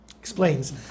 explains